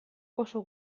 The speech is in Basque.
oso